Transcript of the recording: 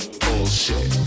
bullshit